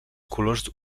colors